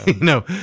No